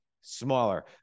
smaller